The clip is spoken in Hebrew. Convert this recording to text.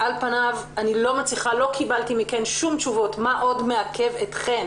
לא קיבלתי מכם שום תשובות מה עוד מעכב אתכם